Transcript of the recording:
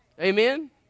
Amen